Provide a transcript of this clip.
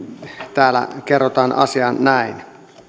täällä kerrotaan asia näin